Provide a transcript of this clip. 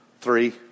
Three